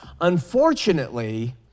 Unfortunately